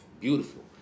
Beautiful